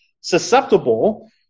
susceptible